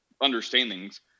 understandings